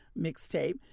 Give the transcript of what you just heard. mixtape